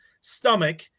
stomach